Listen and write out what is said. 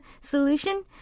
solution